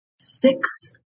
Six